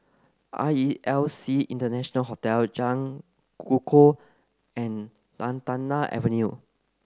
R E L C International Hotel Jalan Kukoh and Lantana Avenue